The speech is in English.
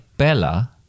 Bella